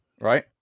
Right